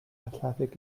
athletic